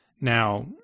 Now